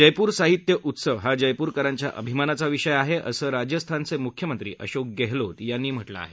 जयपूर साहित्य उत्सव हा जयपूरकरांच्या अभिमानाचा विषय आहे असं राजस्थानचे म्ख्यमंत्री अशोक गेहलोत यांनी म्हटलं आहे